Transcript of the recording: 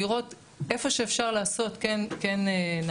לראות איפה שאפשר לעשות כן נעשה,